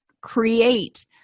create